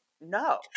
no